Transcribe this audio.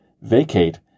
vacate